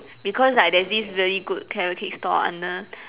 because like there's this very good carrot cake store under